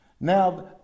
Now